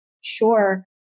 Sure